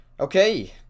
Okay